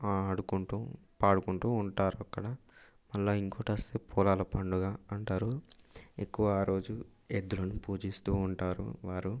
ఆడుకుంటూ పాడుకుంటూ ఉంటారక్కడ మళ్ళా ఇంకోటి వస్తే పొలాల పండుగ అంటారు ఎక్కువ ఆరోజు ఎద్దులను పూజిస్తూ ఉంటారు వారు